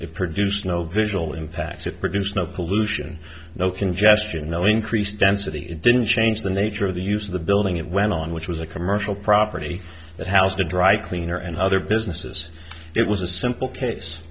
it produced no visual impact it produced no pollution no congestion no increased density it didn't change the nature of the use of the building it went on which was a commercial property that housed a dry cleaner and other businesses it was a simple case